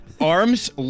arms